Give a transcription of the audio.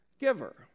giver